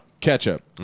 ketchup